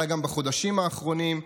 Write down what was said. אולי גם בחודשים האחרונים,